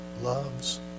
loves